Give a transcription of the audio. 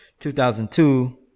2002